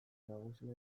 nagusia